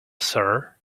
sir